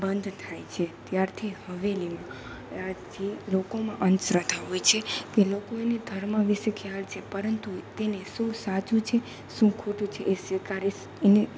બંધ થાય છે ત્યારથી હવેલીમાં આજ જે લોકોમાં અંધ શ્રદ્ધા હોય છે કે લોકો એને ધર્મ વિષે ખ્યાલ છે પરંતુ તેને શું સાચું છે શું ખોટું છે એ સ્વીકારી એને